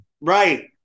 Right